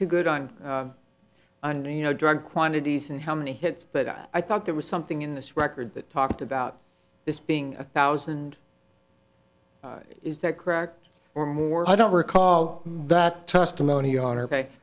too good on and you know drug quantities and how many hits but i thought there was something in this record that talked about this being a thousand is that correct or more i don't recall that testimony on